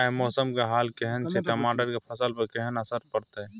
आय मौसम के हाल केहन छै टमाटर के फसल पर केहन असर परतै?